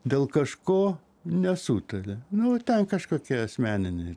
dėl kažko nesutaria nu ten kažkokie asmeniniai